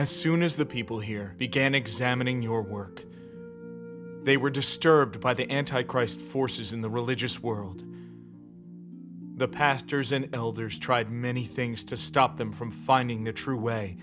as soon as the people here began examining your work they were disturbed by the anti christ forces in the religious world the pastors and elders tried many things to stop them from finding the true way